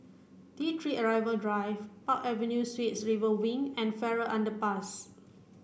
T three Arrival Drive Park Avenue Suites River Wing and Farrer Underpass